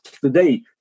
today